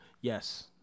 yes